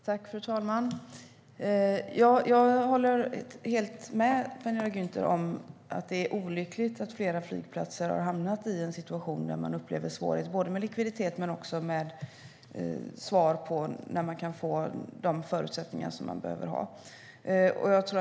Fru talman! Jag håller helt med Penilla Gunther om att det är olyckligt att flera flygplatser har hamnat i en situation där det är svårigheter med både likviditeten och att få svar när de kan få de förutsättningar de behöver.